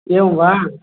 एवं वा